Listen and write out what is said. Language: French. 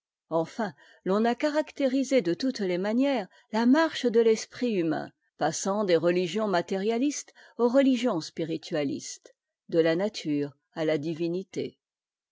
enfin l'on a caractérisé de toutes les manières ta marche de l'esprit humain passant des religions matérialistes aux religions spiritualistes de la nature à la divinité